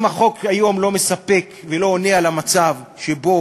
אם החוק היום לא מספק ולא עונה על המצב שבו